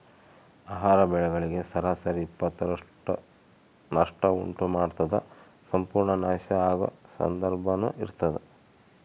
ಆಹಾರ ಬೆಳೆಗಳಿಗೆ ಸರಾಸರಿ ಇಪ್ಪತ್ತರಷ್ಟು ನಷ್ಟ ಉಂಟು ಮಾಡ್ತದ ಸಂಪೂರ್ಣ ನಾಶ ಆಗೊ ಸಂದರ್ಭನೂ ಇರ್ತದ